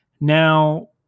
Now